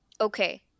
Okay